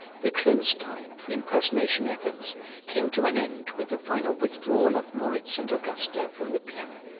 the close time for impersonation efforts came to an end with the final withdrawal of moritz and augusta from the piano.